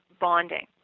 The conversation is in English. bonding